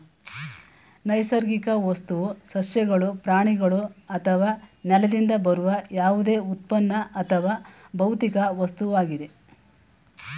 ನೈಸರ್ಗಿಕ ವಸ್ತುವು ಸಸ್ಯಗಳು ಪ್ರಾಣಿಗಳು ಅಥವಾ ನೆಲದಿಂದ ಬರುವ ಯಾವುದೇ ಉತ್ಪನ್ನ ಅಥವಾ ಭೌತಿಕ ವಸ್ತುವಾಗಿದೆ